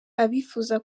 abifuza